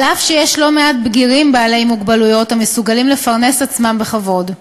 אף שיש לא מעט בגירים בעלי מוגבלויות המסוגלים לפרנס עצמם בכבוד.